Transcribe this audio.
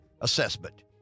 assessment